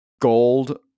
gold